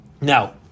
Now